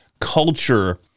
culture